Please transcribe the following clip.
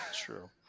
True